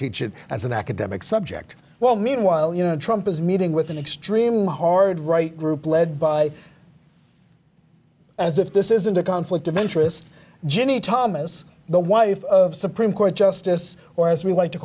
teach it as an academic subject well meanwhile you know trump is meeting with an extreme hard right group led by as if this isn't a conflict of interest ginni thomas the wife of supreme court justice or as we like to